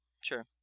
Sure